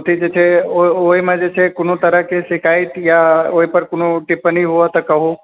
ओतय जे छै ओहिमे जे छै कोनो तरहकेँ शिकायत या ओहिपर कोनो टिप्पणी हुए तऽ कहु